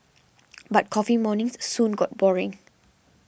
but coffee mornings soon got boring